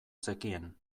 zekien